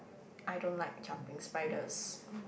I don't like jumping spiders